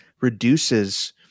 reduces